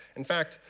in fact,